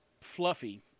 fluffy